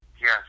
Yes